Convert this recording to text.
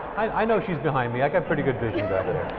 i know she's behind me i've got pretty good vision back